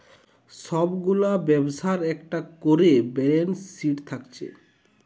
সব গুলা ব্যবসার একটা কোরে ব্যালান্স শিট থাকছে